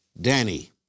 Danny